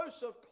Joseph